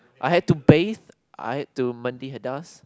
I had to bathe I had to mandi hadas